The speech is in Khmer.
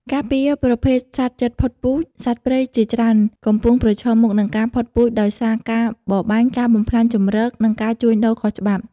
ការពារប្រភេទសត្វជិតផុតពូជ សត្វព្រៃជាច្រើនកំពុងប្រឈមមុខនឹងការផុតពូជដោយសារការបរបាញ់ ការបំផ្លាញជម្រក និងការជួញដូរខុសច្បាប់។